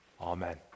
Amen